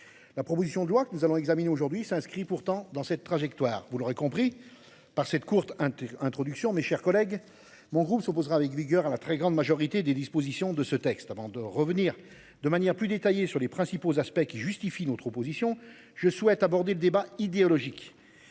La proposition de loi que nous allons examiner aujourd'hui s'inscrit pourtant dans cette trajectoire, vous l'aurez compris par cette courte hein. Introduction, mes chers collègues. Mon groupe s'opposera avec vigueur à la très grande majorité des dispositions de ce texte, avant de revenir de manière plus détaillée sur les principaux aspects qui justifient notre opposition, je souhaite aborder le débat idéologique.